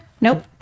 Nope